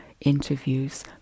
interviews